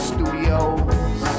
Studios